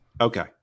Okay